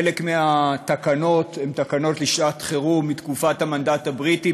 חלק מהתקנות הן תקנות לשעת-חירום מתקופת המנדט הבריטי,